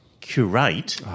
curate